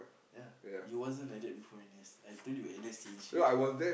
ya he wasn't like that before N_S I told you N_S changed him